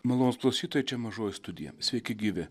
malonūs klausytojai čia mažoji studija sveiki gyvi